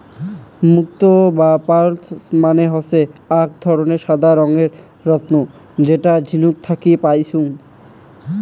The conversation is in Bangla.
মুক্তো বা পার্লস মানে হসে আক ধরণের সাদা রঙের রত্ন যেটা ঝিনুক থাকি পাইচুঙ